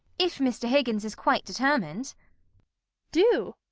if mr. higgins is quite determined do?